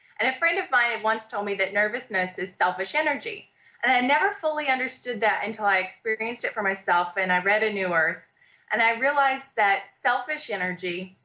and a friend of mine had once told me that nervousness is selfish energy. i never fully understood that until i experienced it for myself. and i read a new earth and i realized that selfish energy,